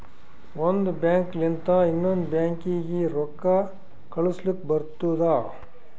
ಒಂದ್ ಬ್ಯಾಂಕ್ ಲಿಂತ ಇನ್ನೊಂದು ಬ್ಯಾಂಕೀಗಿ ರೊಕ್ಕಾ ಕಳುಸ್ಲಕ್ ಬರ್ತುದ